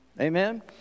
Amen